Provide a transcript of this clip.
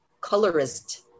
colorist